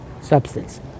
substance